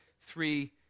three